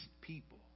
people